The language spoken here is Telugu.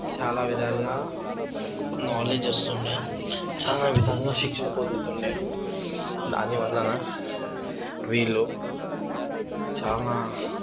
చాలా విధాలుగా నాలెడ్జ్ వస్తుండేది చాలా విధాలుగా శిక్ష పొందుతుండేది దాని వలన వీళ్ళు చాలా